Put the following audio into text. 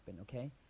okay